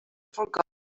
forgot